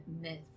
myth